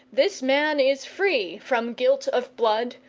this man is free from guilt of blood,